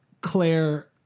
Claire